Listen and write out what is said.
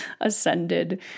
ascended